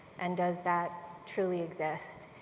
and does that truly exist?